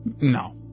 No